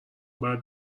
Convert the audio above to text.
باید